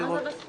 כמה זה בסכומים?